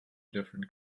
different